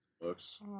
books